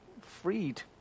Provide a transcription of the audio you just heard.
freed